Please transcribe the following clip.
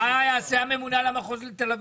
מה יעשה הממונה על המחוז לתל אביב?